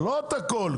אבל לא את הכל.